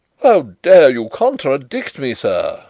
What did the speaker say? how dare you contradict me, sir!